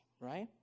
right